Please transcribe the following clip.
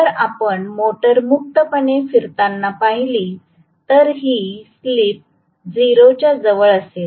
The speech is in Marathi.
जर आपण मोटार मुक्तपणे फिरताना पाहीली तर ही स्लिप 0 च्या जवळ असेल